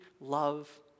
love